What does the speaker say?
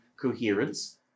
Coherence